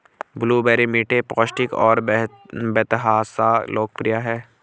blueberry मीठे, पौष्टिक और बेतहाशा लोकप्रिय हैं